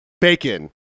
bacon